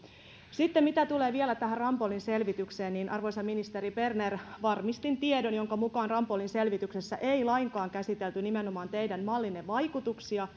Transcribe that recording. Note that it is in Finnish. sitten mitä tulee vielä tähän rambollin selvitykseen niin arvoisa ministeri berner varmistin tiedon jonka mukaan rambollin selvityksessä ei lainkaan käsitelty nimenomaan teidän mallinne vaikutuksia